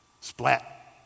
Splat